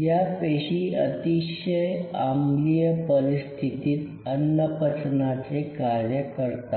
या पेशी अतिशय आम्लीय परिस्थितीत अन्नपचनाचे कार्य करतात